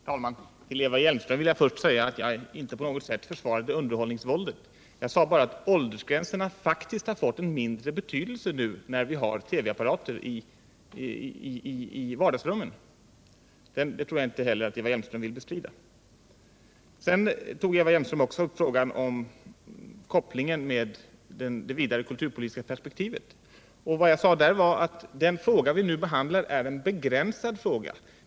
Herr talman! Till Eva Hjelmström vill jag först säga att jag inte på något sätt försvarar underhållningsvåldet. Jag sade bara att åldersgränserna har fått mindre betydelse nu när vi har TV-apparater i vardagsrummen. Det tror jag inte heller att Eva Hjelmström vill bestrida. Sedan tog Eva Hjelmström upp frågan om kopplingen med det vidare kulturpolitiska perspektivet, och vad jag där sade var att den fråga vi nu behandlar är begränsad.